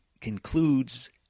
concludes